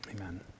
amen